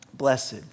Blessed